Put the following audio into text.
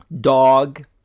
dog